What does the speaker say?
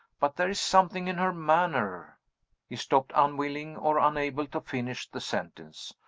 but there is something in her manner he stopped, unwilling or unable to finish the sentence.